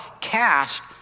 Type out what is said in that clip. cast